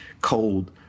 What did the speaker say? cold